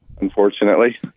unfortunately